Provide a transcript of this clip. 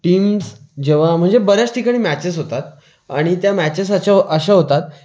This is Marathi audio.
टीम्स जेव्हा म्हणजे बऱ्याच ठिकाणी मॅचेस होतात आणि त्या मॅचेस अछा अशा होतात